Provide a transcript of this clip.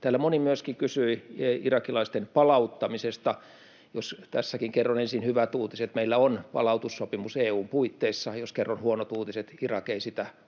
Täällä moni myöskin kysyi irakilaisten palauttamisesta. Jos tässäkin kerron ensin hyvät uutiset — meillä on palautussopimus EU:n puitteissa. Jos kerron huonot uutiset — Irak ei sitä palautussopimusta